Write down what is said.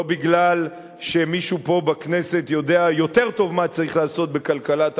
לא מפני שמישהו פה בכנסת יודע יותר טוב מה צריך לעשות בכלכלת המדינה,